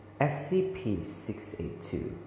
SCP-682